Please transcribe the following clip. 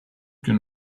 can